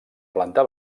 planta